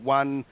one